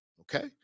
okay